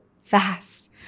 fast